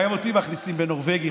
גם אותי מכניסים בנורבגי,